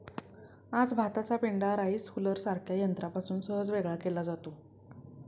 आज भाताचा पेंढा राईस हुलरसारख्या यंत्रापासून सहज वेगळा केला जातो